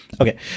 Okay